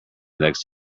next